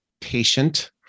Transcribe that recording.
patient